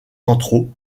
centraux